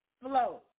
flow